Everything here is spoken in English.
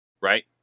right